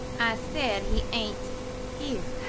i said he ain't here.